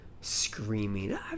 screaming